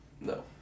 No